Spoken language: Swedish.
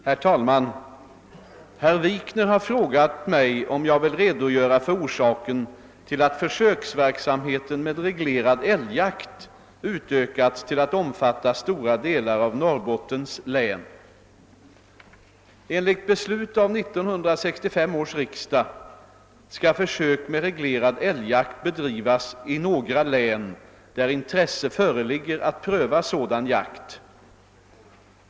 Herr talman! Herr Wikner har frågat mig, om jag vill redogöra för orsaken till att försöksverksamheten med reglerad älgjakt utökats till att omfatta stora delar av Norrbottens län. Enligt beslut av 1965 års riksdag skall försök med reglerad älgjakt bedrivas i några län, där intresse föreligger att pröva sådan jakt.